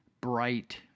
bright